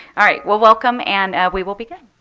all right. well, welcome. and we will begin.